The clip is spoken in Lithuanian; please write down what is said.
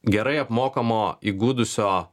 gerai apmokamo įgudusio